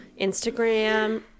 Instagram